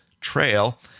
Trail